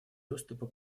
доступа